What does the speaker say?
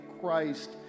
Christ